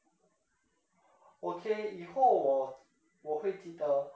okay 以后我我会记得